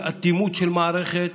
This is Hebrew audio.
זאת אטימות של מערכת.